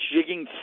jigging